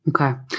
Okay